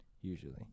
usually